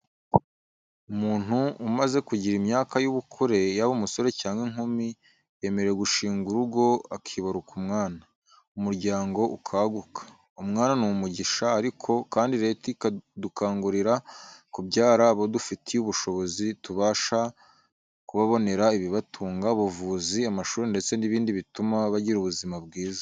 Umuntu umaze kugira imyaka y'ubukure yaba umusore cyangwa inkumi yemerewe gushinga urugo akibaruka umwana, umuryango ukaguka. Umwana ni umugisha ariko kandi Leta idukangurira kubyara abo dufitiye ubushobozi, tubasha kubabonera ibibatunga, ubuvuzi, amashuri ndetse n'ibindi bituma bagira ubuzima bwiza.